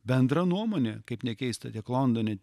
bendra nuomonė kaip nekeista tiek londone